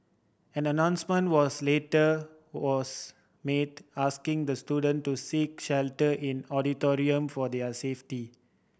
an announcement was later was made asking the student to seek shelter in auditorium for their safety